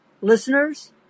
Listeners